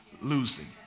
losing